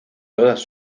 todas